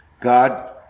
God